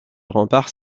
rempart